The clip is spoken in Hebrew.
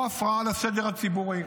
או הפרעה לסדר הציבורי.